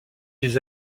des